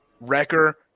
Wrecker